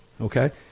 Okay